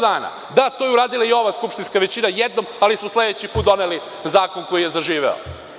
Da, to je uradila i ova skupštinska većina jednom ali smo sledeći put doneli zakon koji je zaživeo.